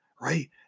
right